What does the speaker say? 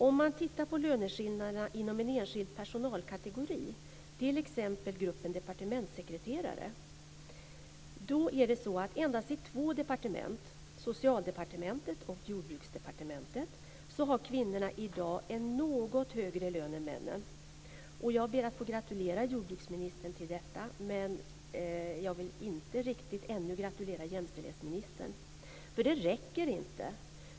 Om man tittar på löneskillnaderna inom en enskild personalkategori, t.ex. gruppen departementssekreterare, är det endast i två departement - Socialdepartementet och Jordbruksdepartementet - som kvinnorna i dag har något högre lön än männen. Jag ber att få gratulera jordbruksministern till detta. Men jag vill ännu inte riktigt gratulera jämställdhetsministern. Det räcker inte.